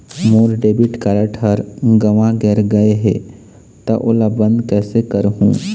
मोर debit card हर गंवा गैर गए हे त ओला बंद कइसे करहूं?